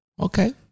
Okay